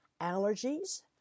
allergies